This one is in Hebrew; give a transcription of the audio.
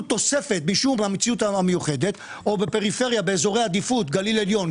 תוספת בגלל המציאות המיוחדת או בפריפריה באזורי עדיפות גליל עליון,